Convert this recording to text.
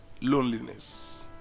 loneliness